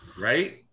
Right